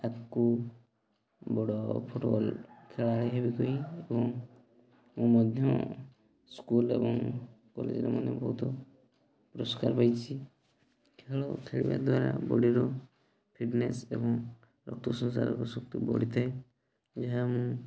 ଆଗକୁ ବଡ଼ ଫୁଟବଲ୍ ଖେଳାଳି ହେବି କହି ଏବଂ ମୁଁ ମଧ୍ୟ ସ୍କୁଲ୍ ଏବଂ କଲେଜ୍ରେ ମଧ୍ୟ ବହୁତ ପୁରସ୍କାର ପାଇଛି ଖେଳ ଖେଳିବା ଦ୍ୱାରା ବଡ଼ିରୁ ଫିଟନେସ୍ ଏବଂ ରକ୍ତ ସଂଚାରକ ଶକ୍ତି ବଢ଼ିଥାଏ ଯାହା ମୁଁ